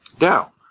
Now